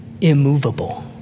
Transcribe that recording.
immovable